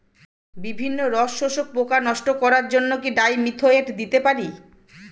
বিভিন্ন রস শোষক পোকা নষ্ট করার জন্য কি ডাইমিথোয়েট দিতে পারি?